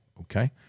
okay